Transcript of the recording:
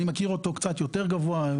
אני מכיר אותו קצת יותר גבוה.